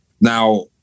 Now